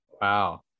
Wow